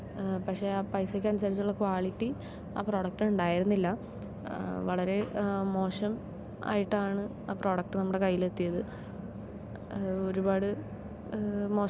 പക്ഷെ ആ പൈസക്ക് അനുസരിച്ച് ഉള്ള ക്വാളിറ്റി ആ പ്രൊഡക്ടിന് ഉണ്ടാരുന്നില്ല വളരെ മോശം ആയിട്ടാണ് ആ പ്രോഡക്റ്റ് നമ്മുടെ കൈയിലെത്തിയത് ഒരുപാട് മോശം ആരുന്നു അത്